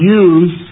use